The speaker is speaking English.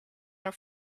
are